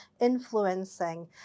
influencing